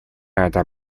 это